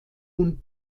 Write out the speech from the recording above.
und